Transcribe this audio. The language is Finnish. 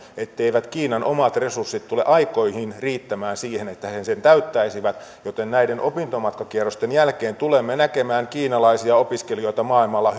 etteivät kiinan omat resurssit tule aikoihin riittämään siihen että he sen täyttäisivät joten näiden opintomatkakierrosten jälkeen tulemme näkemään kiinalaisia opiskelijoita maailmalla